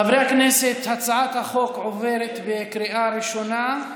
חברי הכנסת, הצעת החוק עוברת בקריאה ראשונה.